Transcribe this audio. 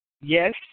yes